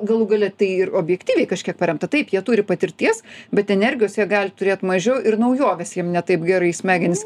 galų gale tai ir objektyviai kažkiek paremta taip jie turi patirties bet energijos jie gali turėt mažiau ir naujovės jiem ne taip gerai į smegenis